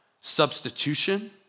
substitution